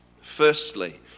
Firstly